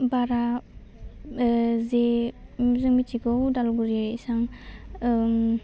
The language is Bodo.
बारा ओह जे ओम जों मिथिगौ अदालगुरि ओम